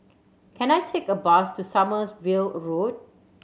can I take a bus to Sommerville Road